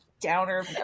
downer